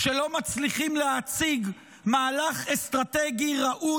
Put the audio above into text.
שלא מצליחים להציג מהלך אסטרטגי אחד,